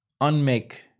unmake